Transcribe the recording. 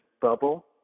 bubble